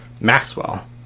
Maxwell